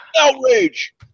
outrage